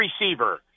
receiver